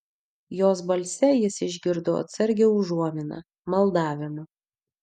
jos balse jis išgirdo atsargią užuominą maldavimą